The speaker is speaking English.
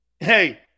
Hey